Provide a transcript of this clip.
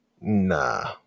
nah